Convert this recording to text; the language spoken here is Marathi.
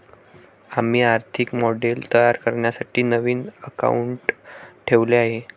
आम्ही आर्थिक मॉडेल तयार करण्यासाठी नवीन अकाउंटंट ठेवले आहे